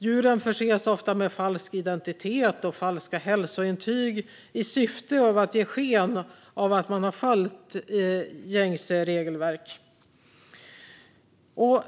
Djuren förses ofta med falsk identitet och falska hälsointyg i syfte att ge sken av att man har följt gällande regelverk.